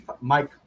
Mike